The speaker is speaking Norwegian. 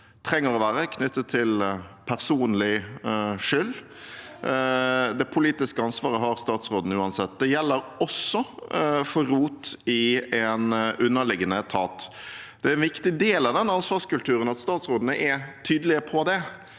trenger å være knyttet til personlig skyld. Det politiske ansvaret har statsrådene uansett. Det gjelder også for rot i en underliggende etat. Det er en viktig del av den ansvarskulturen at statsrådene er tydelige på det.